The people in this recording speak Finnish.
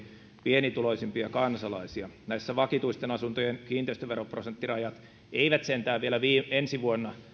pienituloisimpia kansalaisia näissä vakituisten asuntojen kiinteistöveroprosenttirajat eivät sentään vielä vielä ensi vuonna